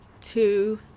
two